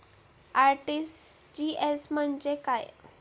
RTGS म्हणजे काय?